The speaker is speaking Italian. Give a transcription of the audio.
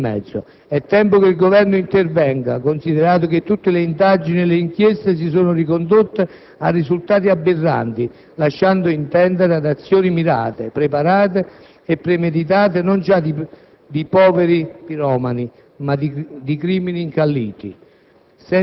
È tempo che il Governo intervenga, considerato che tutte le indagini e le inchieste sono giunte a risultati aberranti, lasciando intendere ad azioni mirate, preparate e premeditate non già di poveri piromani, ma di criminali incalliti.